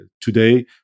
today